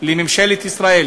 לממשלת ישראל